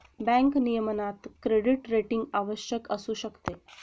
bank नियमनात credit rating आवश्यक असू शकते